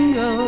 go